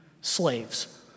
slaves